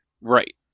Right